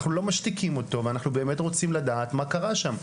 אנחנו לא משתיקים אותו ואנחנו באמת רוצים לדעת מה קרה שם,